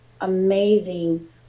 amazing